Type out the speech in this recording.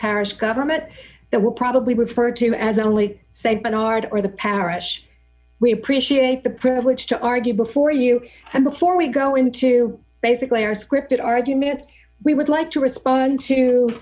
parish government that will probably refer to as only said bernard or the parish we appreciate the privilege to argue before you and before we go into basically our scripted argument we would like to respond